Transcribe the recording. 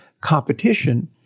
competition